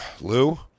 Lou